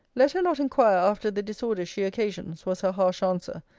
let her not inquire after the disorders she occasions was her harsh answer.